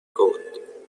code